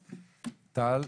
טל,